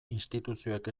instituzioek